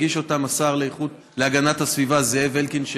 הגיש אותן השר להגנת הסביבה זאב אלקין,